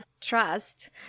trust